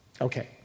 Okay